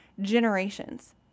generations